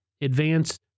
advance